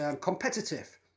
competitive